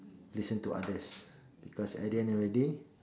listen to others because at the end of the day